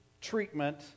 treatment